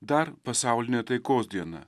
dar pasaulinė taikos diena